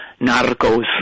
Narcos